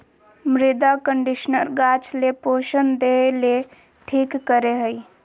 मृदा कंडीशनर गाछ ले पोषण देय ले ठीक करे हइ